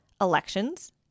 elections